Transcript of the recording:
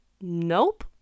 nope